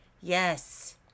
Yes